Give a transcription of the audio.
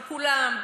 אבל כולם,